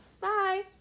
Bye